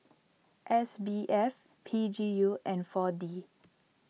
S B F P G U and four D